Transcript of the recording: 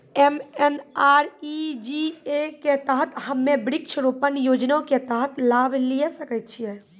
MNREGA के तहत हम्मय वृक्ष रोपण योजना के तहत लाभ लिये सकय छियै?